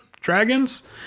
dragons